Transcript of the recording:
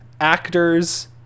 actors